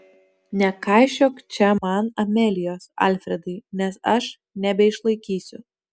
nekaišiok čia man amelijos alfredai nes aš nebeišlaikysiu